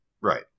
right